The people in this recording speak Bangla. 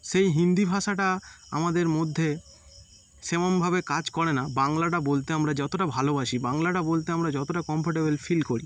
সেই হিন্দি ভাষাটা আমাদের মধ্যে সেরমভাবে কাজ করে না বাংলাটা বলতে আমরা যতটা ভালবাসি বাংলাটা বলতে আমরা যতটা কম্ফোর্টেবেল ফিল করি